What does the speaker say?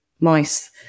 mice